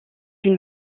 une